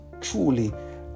truly